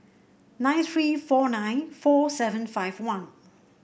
nine three four nine four seven five one